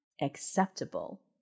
acceptable